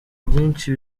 byinshi